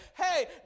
hey